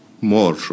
more